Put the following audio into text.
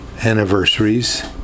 anniversaries